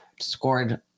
scored